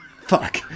Fuck